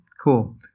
Cool